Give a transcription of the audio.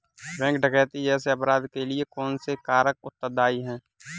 Bank डकैती जैसे अपराध के लिए कौन से कारक उत्तरदाई हैं?